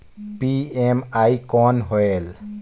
PME कौन होयल?